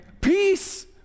peace